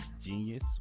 genius